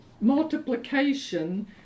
multiplication